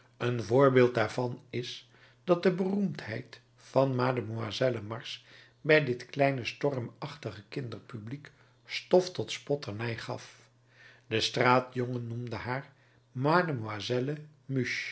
een voorbeeld daarvan is dat de beroemdheid van mademoiselle mars bij dit kleine stormachtige kinderpubliek stof tot spotternij gaf de straatjongen noemde haar